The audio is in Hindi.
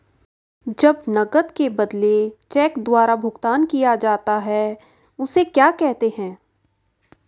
जब नकद के बदले चेक द्वारा भुगतान किया जाता हैं उसे क्या कहते है?